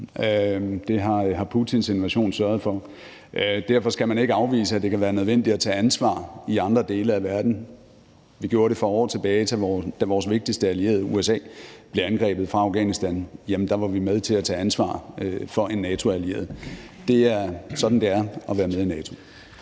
Det har Putins invasion sørget for. Men man skal ikke afvise, at det kan være nødvendigt at tage ansvar i andre dele af verden. Vi gjorde det for år tilbage, da vores vigtigste allierede, USA, blev angrebet fra Afghanistan. Der var vi med til at tage ansvar for en NATO-allieret. Det er sådan, det er at være med i NATO.